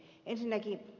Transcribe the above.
ensinnäkin ed